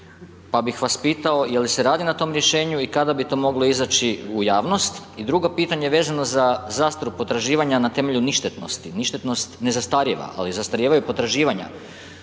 pa bih vas pitao je li se radi na tom rješenju i kada bi to moglo izaći u javnost? I drugo pitanje vezano za zastaru potraživanja na temelju ništetnosti, ništetnost ne zastarijeva, ali zastarijevaju potraživanja.